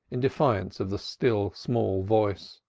in defiance of the still, small voice.